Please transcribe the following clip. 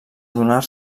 adonar